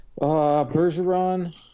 Bergeron